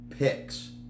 picks